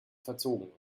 verzogen